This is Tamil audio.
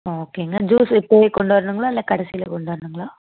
ஆ ஓகேங்க ஜூஸ் இப்போவே கொண்டு வரணுங்களா இல்லை கடைசியில் கொண்டு வரணுங்களா